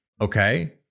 okay